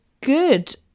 good